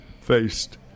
faced